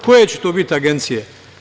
Koje će to biti agencije?